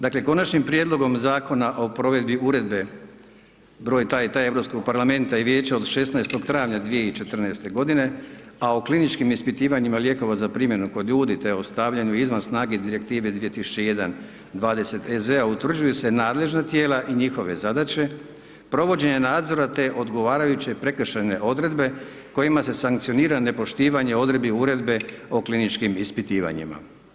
Dakle, Konačnim prijedlogom Zakona o provedbi Uredbe (EU) br. taj i taj Europskog parlamenta i Vijeća od 16. travnja 2014. a o kliničkim ispitivanjima lijekova za primjenu kod ljudi te o stavljanju izvan snage Direktive 2001/20/EZ utvrđuje se nadležan tijela i njihove zadaće, provođenja nadzora te odgovarajuće prekršajne odredbe, kojima se sankcionirana nepoštivanje doredbe uredbe o kliničkim ispitivanjima.